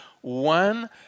one